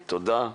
תודה.